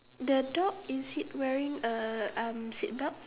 the dog is it wearing a um seatbelt